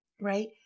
Right